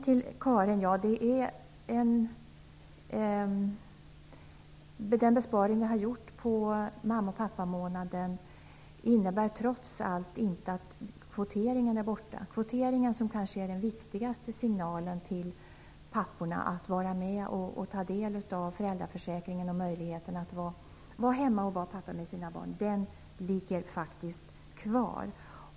Till Karin Pilsäter: Den besparing som gjorts på mamma och pappamånaden innebär trots allt inte att kvoteringen är borta. Kvoteringen är kanske den viktigaste signalen till papporna att vara med och ta del av föräldraförsäkringen och möjligheten att vara hemma med sina barn. Den finns faktiskt kvar.